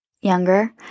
younger